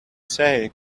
say